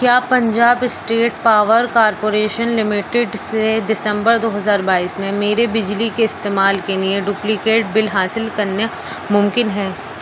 کیا Punjab state power corporation limited سے دسمبر دو ہزار بائیس میں میرے بجلی کے استعمال کے لیے ڈپلیکیٹ بل حاصل کرنا ممکن ہے